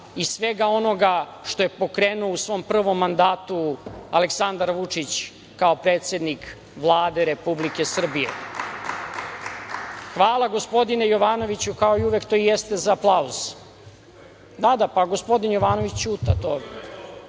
i svega onoga što je pokrenuo u svom prvom mandatu Aleksandar Vučić kao predsednik Vlade Republike Srbije. Hvala, gospodine Jovanoviću, kao i uvek to jeste za aplauz. Da, da, gospodin Jovanović Ćuta.